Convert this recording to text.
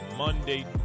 Monday